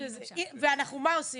אנחנו רוצים